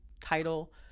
title